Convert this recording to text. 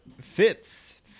Fitz